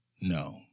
No